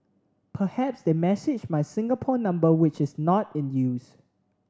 perhaps they messaged my Singapore number which is not in use